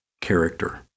character